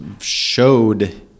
showed